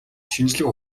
шинжлэх